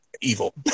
evil